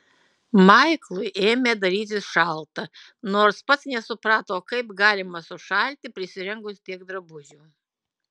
maiklui ėmė darytis šalta nors pats nesuprato kaip galima sušalti prisirengus tiek drabužių